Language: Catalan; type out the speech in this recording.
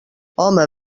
home